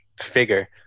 figure